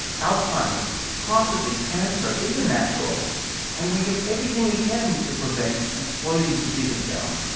alzheimer's, heart disease, cancer these are natural and we do everything we can to prevent and slow these diseases down.